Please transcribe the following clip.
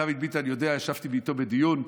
דוד ביטן יודע, ישבתי איתו בדיון,